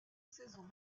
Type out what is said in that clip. saison